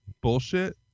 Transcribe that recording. bullshit